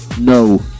No